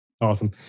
Awesome